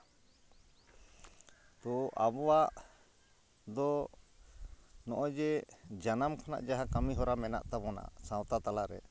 ᱛᱚ ᱟᱵᱚᱣᱟᱜ ᱫᱚ ᱱᱚᱜᱼᱚᱭ ᱡᱮ ᱡᱟᱱᱟᱢ ᱠᱷᱚᱱᱟᱜ ᱡᱟᱦᱟᱸ ᱠᱟᱹᱢᱤᱦᱚᱨᱟ ᱢᱮᱱᱟᱜ ᱛᱟᱵᱚᱱᱟ ᱥᱟᱶᱛᱟ ᱛᱟᱞᱟ ᱨᱮ